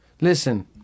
Listen